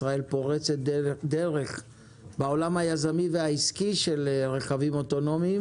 ישראל פורצת דרך בעולם היזמי והעסקי של רכבים אוטונומיים